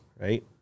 Right